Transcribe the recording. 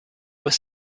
with